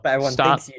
stop